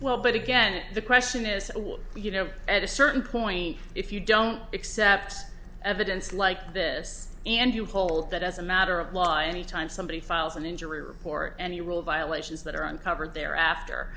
well but again the question is you know at a certain point if you don't accept evidence like this and you hold that as a matter of law any time somebody files an injury report any rule violations that are uncovered there after